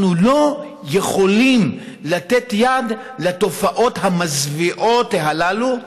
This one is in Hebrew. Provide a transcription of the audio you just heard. אנחנו לא יכולים לתת יד לתופעות המזוויעות הללו,